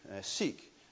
seek